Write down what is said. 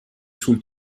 sul